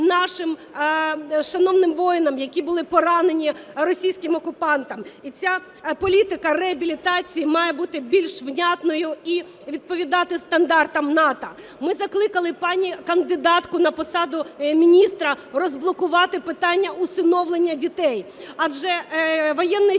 нашим шановним воїнам, які були поранені російським окупантом. І ця політика реабілітації має бути більш внятною і відповідати стандартам НАТО. Ми закликали пані кандидатку на посаду міністра розблокувати питання усиновлення дітей, адже воєнний